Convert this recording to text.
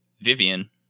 Vivian